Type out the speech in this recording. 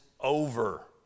over